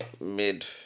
mid